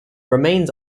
remains